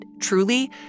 truly